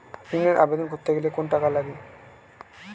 ঋণের আবেদন করতে গেলে কোন টাকা লাগে কিনা?